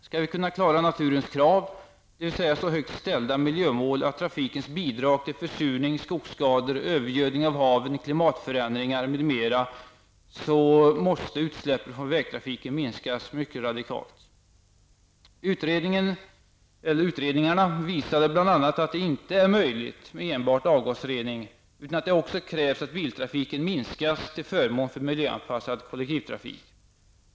Skall vi kunna klara naturens krav, dvs. så högt ställda miljömål att trafikens bidrag till försurning, skogsskador, övergödning av haven, klimatförändringar m.m. minimeras, måste utsläppen från vägtrafiken minskas radikalt. Utredningarna visade bl.a. att det inte är möjligt med enbart avgasrening, utan att det också krävs att biltrafiken minskas till förmån för miljöanpassad kollektivtrafik.